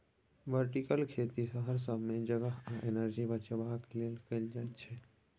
vertical खेती शहर सब मे जगह आ एनर्जी बचेबाक लेल कएल जाइत छै